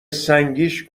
سنگیش